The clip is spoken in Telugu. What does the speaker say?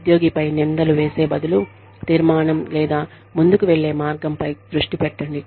ఉద్యోగిపై నిందలు వేసే బదులు తీర్మానం లేదా ముందుకు వెళ్ళే మార్గంపై దృష్టి పెట్టండి